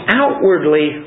outwardly